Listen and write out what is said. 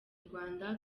rwanda